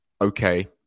okay